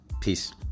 Peace